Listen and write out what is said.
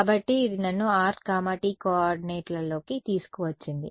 కాబట్టి అది నన్ను r θ కోఆర్డినేట్లలోకి తీసుకువచ్చింది